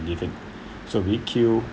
living so we kill